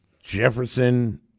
jefferson